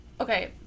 Okay